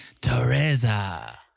Teresa